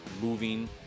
moving